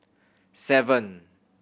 seven